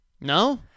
No